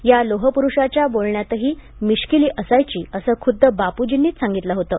या लोहपुरूषाच्या बोलण्यातही मिश्किली असायची असं खुद्द बापुर्जींनीच सांगितलं होतं